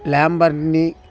Lamborghini